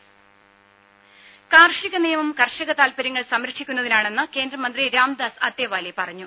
രുര കാർഷിക നിയമം കർഷക താൽപര്യങ്ങൾ സംരക്ഷിക്കുന്ന തിനാണെന്ന് കേന്ദ്രമന്ത്രി രാംദാസ് അത്തേവാലെ പറഞ്ഞു